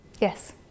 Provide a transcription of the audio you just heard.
Yes